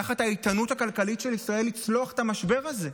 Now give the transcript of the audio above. תחת האיתנות הכלכלית של ישראל לצלוח את המשבר הזה.